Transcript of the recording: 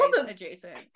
adjacent